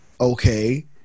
okay